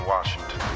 Washington